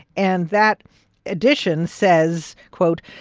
and that addition says, quote,